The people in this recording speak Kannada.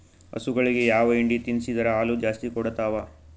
ಹಸುಗಳಿಗೆ ಯಾವ ಹಿಂಡಿ ತಿನ್ಸಿದರ ಹಾಲು ಜಾಸ್ತಿ ಕೊಡತಾವಾ?